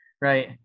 right